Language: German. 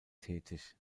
tätig